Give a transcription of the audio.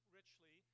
richly